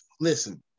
Listen